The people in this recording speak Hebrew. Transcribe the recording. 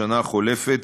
בשנה החולפת,